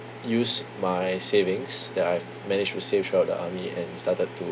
use my savings that I've managed to save throughout the army and started to